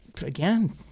again